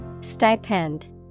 Stipend